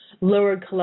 lowered